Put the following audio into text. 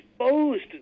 exposed